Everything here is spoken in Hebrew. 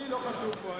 אני לא חשוב פה,